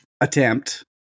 attempt